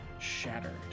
shattered